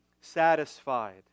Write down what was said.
satisfied